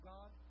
God